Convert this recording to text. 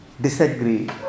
disagree